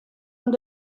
ond